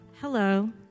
Hello